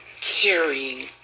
carrying